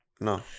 No